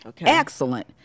Excellent